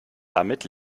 damit